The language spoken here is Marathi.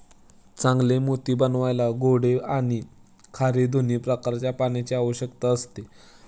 चांगले मोती बनवायला गोडे आणि खारे दोन्ही प्रकारच्या पाण्याची आवश्यकता असते